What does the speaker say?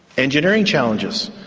engineering challenges,